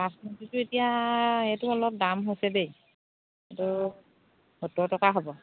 পাঁচমুখীটো এতিয়া এইটো অলপ দাম হৈছে দেই এইটো সত্তৰ টকা হ'ব